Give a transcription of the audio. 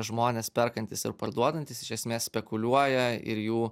žmonės perkantys ir parduodantys iš esmės spekuliuoja ir jų